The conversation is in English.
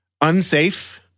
unsafe